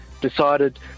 decided